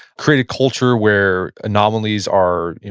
create a culture where anomalies are,